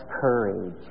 courage